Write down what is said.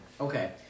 okay